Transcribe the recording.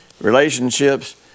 relationships